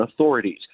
authorities